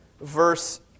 verse